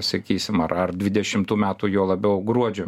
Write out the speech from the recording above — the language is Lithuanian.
sakysim ar ar dvidešimtų metų juo labiau gruodžio